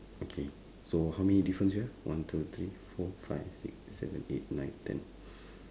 okay so how many difference you have one two three four five six seven eight nine ten